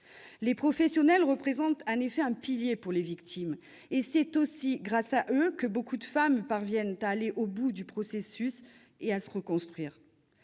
ces professionnels est en effet capitale pour les victimes, et c'est aussi grâce à eux que de nombreuses femmes parviennent à aller au bout du processus et à se reconstruire.